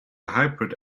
hybrid